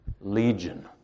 Legion